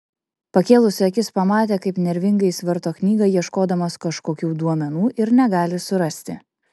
pakėlusi akis pamatė kaip nervingai jis varto knygą ieškodamas kažkokių duomenų ir negali surasti